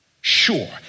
sure